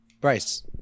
Bryce